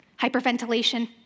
hyperventilation